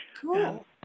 cool